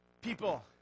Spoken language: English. people